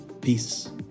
Peace